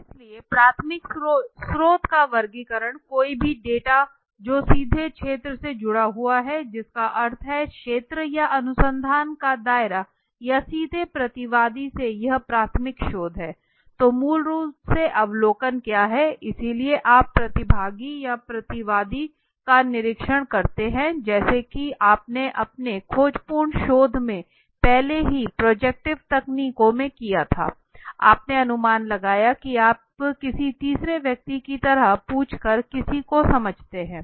इसलिए प्राथमिक स्रोत का वर्गीकरण कोई भी डेटा जो सीधे क्षेत्र से जुड़ा हुआ है जिसका अर्थ है क्षेत्र या अनुसंधान का दायरा या सीधे प्रतिवादी से यह प्राथमिक शोध हैं तो मूल रूप से अवलोकन क्या हैं इसलिए आप प्रतिभागी या प्रतिवादी का निरीक्षण करते हैं जैसा कि आपने अपने खोजपूर्ण शोध में पहले की प्रोजेक्टिव तकनीकों में किया था आपने अनुमान लगाया कि आप किसी तीसरे व्यक्ति की तरह पूछकर किसी को समझते हैं